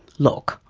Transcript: look,